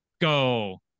Go